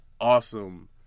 awesome